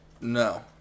No